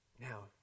Now